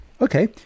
Okay